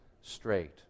straight